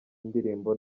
indirimbo